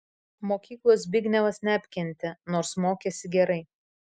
mokyklos zbignevas neapkentė nors mokėsi gerai